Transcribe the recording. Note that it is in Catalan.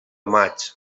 maig